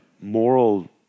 moral